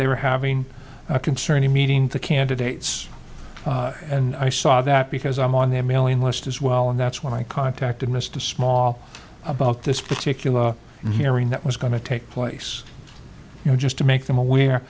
they were having concerning meeting the candidates and i saw that because i'm on their mailing list as well and that's when i contacted mr small about this particular hearing that was going to take place you know just to make them aware